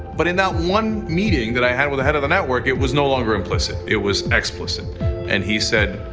but in that one meeting that i had with the head of of the network, it was no longer implicit. it was explicit and he said,